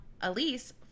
elise